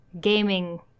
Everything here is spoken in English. gaming